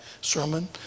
sermon